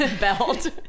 belt